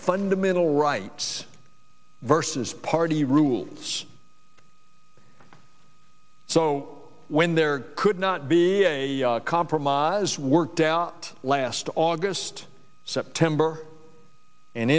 fundamental rights versus party rule so when there could not be a compromise as worked out last august september and